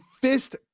fist